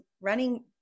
running –